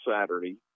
Saturday